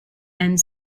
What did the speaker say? and